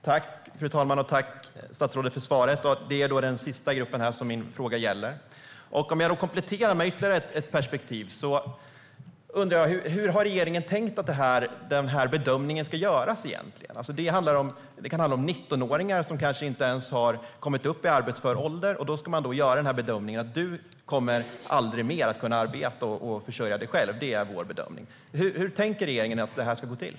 Fru talman! Tack, statsrådet, för svaret! Min fråga gäller alltså den sista gruppen. Jag vill komplettera med ytterligare ett perspektiv. Jag undrar hur regeringen egentligen har tänkt att den här bedömningen ska göras. Det kan handla om 19-åringar som kanske inte ens har kommit upp i arbetsför ålder, och då ska man alltså göra den bedömningen att denna 19-åring aldrig kommer att kunna arbeta och försörja sig själv. Hur tänker regeringen att det här ska gå till?